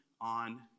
on